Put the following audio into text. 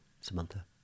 Samantha